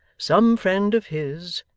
some friend of his,